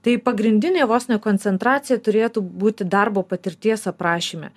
tai pagrindinė vos ne koncentracija turėtų būti darbo patirties aprašyme